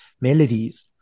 melodies